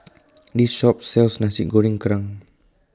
This Shop sells Nasi Goreng Kerang